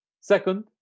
Second